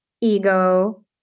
ego